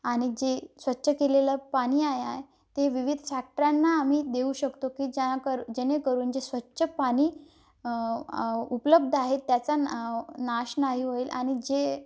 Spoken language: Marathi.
आणि जे स्वच्छ केलेलं पाणी आहे आहे ते विविध फॅक्टऱ्यांना आम्ही देऊ शकतो की ज्यानाकर जेणेकरून जे स्वच्छ पाणी उपलब्ध आहेत त्याचा ना नाश नाही होईल आणि जे